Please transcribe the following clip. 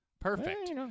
Perfect